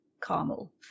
Carmel